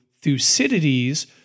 thucydides